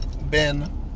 Ben